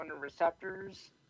receptors